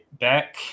back